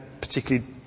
particularly